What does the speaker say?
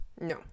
No